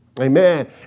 Amen